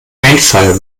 einfall